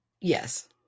Yes